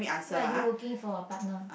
so why are you looking for a partner